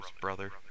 brother